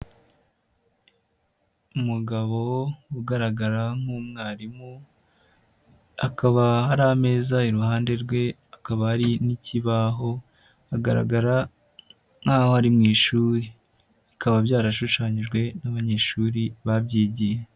Umugabo ugaragara nk'umwarimu, hakaba hari ameza iruhande rwe hakaba hari n'ikibaho agaragara nk'aho ari mu ishuri, bikaba byarashushanyijwe n'abanyeshuri babyigiye.